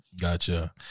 gotcha